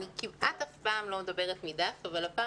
אני כמעט אף פעם לא מדברת מדף אבל הפעם